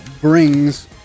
brings